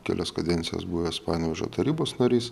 kelias kadencijas buvęs panevėžio tarybos narys